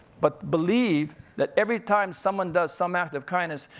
but believe that every time someone does some act of kindness,